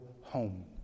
home